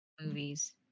movies